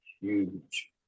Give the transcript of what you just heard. huge